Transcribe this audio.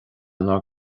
inár